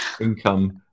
income